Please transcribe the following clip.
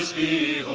the